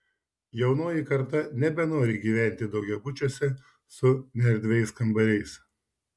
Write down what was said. jaunoji karta nebenori gyventi daugiabučiuose su neerdviais kambariais